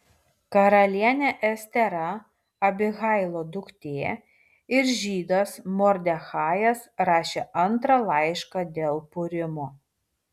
karalienė estera abihailo duktė ir žydas mordechajas rašė antrą laišką dėl purimo